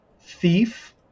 thief